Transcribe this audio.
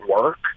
work